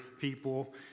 people